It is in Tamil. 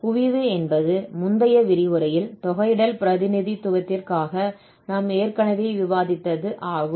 குவிவு என்பது முந்தைய விரிவுரையில் தொகையிடல் பிரதிநிதித்துவத்திற்காக நாம் ஏற்கனவே விவாதித்தது ஆகும்